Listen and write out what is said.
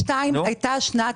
2022 היתה שנת